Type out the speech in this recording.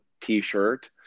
t-shirt